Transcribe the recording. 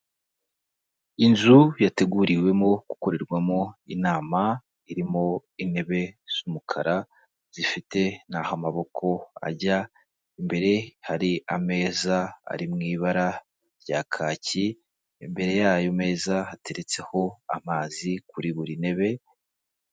Inzu yateguriwemo gukorerwamo inama, irimo intebe z'umukara, zifite n'aho amaboko ajya, imbere hari ameza ari mu ibara rya kacyi, imbere yayo meza hateretseho amazi kuri buri ntebe.